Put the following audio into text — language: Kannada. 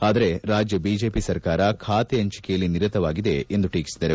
ಆದರೆ ರಾಜ್ಯ ಬಿಜೆಪಿ ಸರ್ಕಾರ ಖಾತೆ ಹಂಚಿಕೆಯಲ್ಲಿ ನಿರತವಾಗಿದೆ ಎಂದು ಟೀಕಿಸಿದರು